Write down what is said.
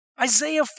Isaiah